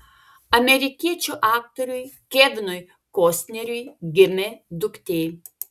amerikiečių aktoriui kevinui kostneriui gimė duktė